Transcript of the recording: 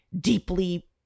deeply